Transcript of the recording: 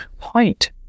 point